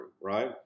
right